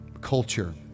culture